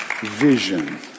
vision